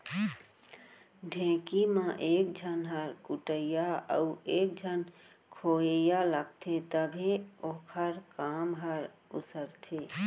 ढेंकी म एक झन ह कुटइया अउ एक झन खोवइया लागथे तभे ओखर काम हर उसरथे